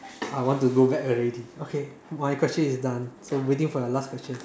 I want to go back already okay my question is done so waiting for your last question